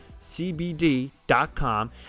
CBD.com